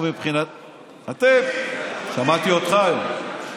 אתם, שמעתי אותך היום.